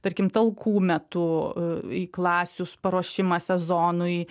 tarkim talkų metu e į klasių paruošimą sezonui